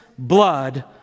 Blood